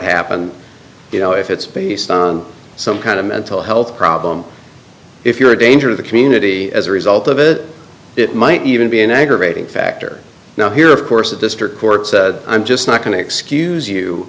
happened you know if it's based on some kind of mental health problem if you're a danger to the community as a result of it it might even be an aggravating factor now here of course the district court said i'm just not going to excuse you